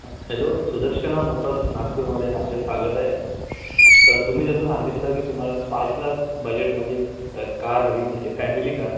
हा hello Sudarshana motors नागपूरमध्ये आपले स्वागत आहे तर तुम्ही जसं सांगितलं की तुम्हाला पाच लाख बजेटमध्ये एक कार हवी म्हणजे फॅमिली कार